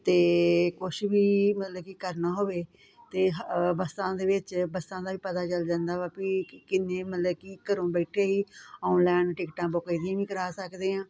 ਅਤੇ ਕੁਛ ਵੀ ਮਤਲਬ ਕਿ ਕਰਨਾ ਹੋਵੇ ਅਤੇ ਬਸਾਂ ਦੇ ਵਿੱਚ ਬੱਸਾਂ ਦਾ ਵੀ ਪਤਾ ਚੱਲ ਜਾਂਦਾ ਵਾ ਭੀ ਕਿੰਨੇ ਮਤਲਬ ਕਿ ਘਰੋਂ ਬੈਠੇ ਹੀ ਆਨਲਾਈਨ ਟਿਕਟਾਂ ਬੁਕਿੰਗ ਵੀ ਕਰਾ ਸਕਦੇ ਆ